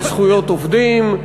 בזכויות עובדים,